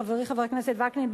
חברי חבר הכנסת וקנין,